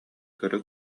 көрө